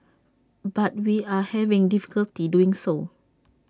but we are having difficulty doing so